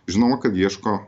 žinoma kad ieško